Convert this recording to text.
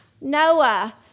Noah